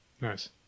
nice